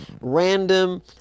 random